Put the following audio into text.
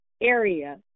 area